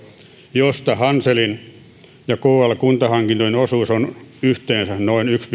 josta hanselin ja kl kuntahankintojen osuus on yhteensä noin yksi